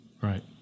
Right